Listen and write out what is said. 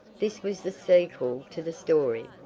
this was the sequel to the story,